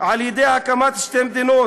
על ידי הקמת שתי מדינות.